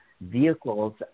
vehicles